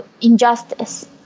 injustice